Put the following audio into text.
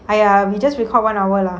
!aiya! we just record one hour lah